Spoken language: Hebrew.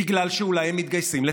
בגלל שאולי הם מתגייסים לצה"ל,